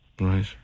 Right